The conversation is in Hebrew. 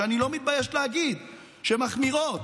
שאני לא מתבייש להגיד שהן מחמירות,